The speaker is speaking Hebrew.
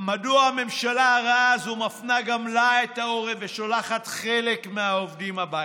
מדוע הממשלה הרעה הזו מפנה גם לה את העורף ושולחת חלק מהעובדים הביתה?